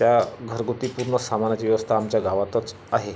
त्या घरगुती पूर्ण सामानाची व्यवस्था आमच्या गावातच आहे